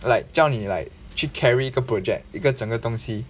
like 叫你 like 去 carry 一个 project 一个整个东西